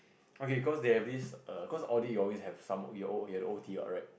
okay cause they have this err cause audit you always have some your your you have to O_T right